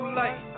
light